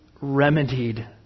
remedied